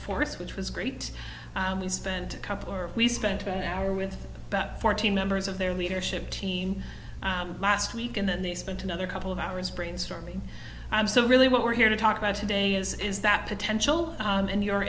force which was great we spent a couple or we spent an hour with about fourteen members of their leadership team last week and then they spent another couple of hours brainstorming i'm so really what we're here to talk about today is is that potential and your